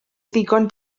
ddigon